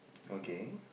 okay